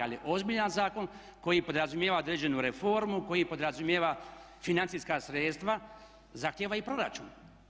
Ali ozbiljan zakon koji podrazumijeva određenu reformu, koji podrazumijeva financijska sredstva zahtijeva i proračun.